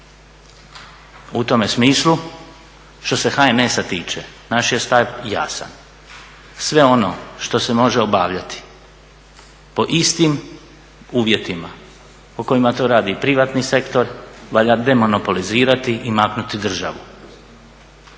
U tome smislu što se HNS-a tiče naš je stav jasan. Sve ono što se može obavljati po istim uvjetima po kojima to radi i privatni sektor valja demonopolizirati i maknuti državu,